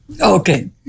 Okay